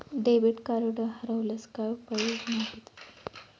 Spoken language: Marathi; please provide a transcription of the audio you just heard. डेबिट कार्ड हरवल्यास काय उपाय योजना आहेत?